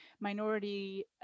minority